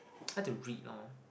like to read lor